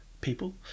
people